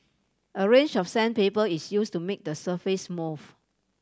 a range of sandpaper is use to make the surface smooth